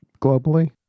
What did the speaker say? globally